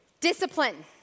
Discipline